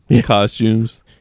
costumes